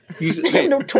No